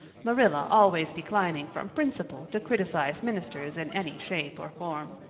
marilla always declining from principle to criticize ministers in any shape or form.